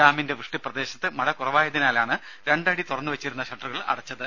ഡാമിന്റെ വൃഷ്ടിപ്രദേശത്ത് മഴ കുറവായതിനാലാണ് രണ്ട് അടി തുറന്നു വച്ചിരുന്ന ഷട്ടറുകൾ അടച്ചത്